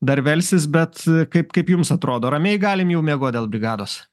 dar velsis bet kaip kaip jums atrodo ramiai galim jau miegot dėl brigados